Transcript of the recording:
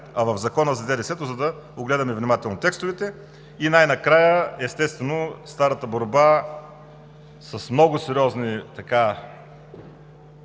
а в Закона за ДДС-то, за да огледаме внимателно текстовете. И най-накрая, естествено, старата борба с много сериозни